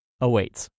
awaits